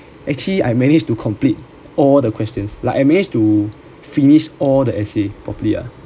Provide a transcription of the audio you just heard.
actually I managed to complete all the question like I managed to finish all the essay properly ah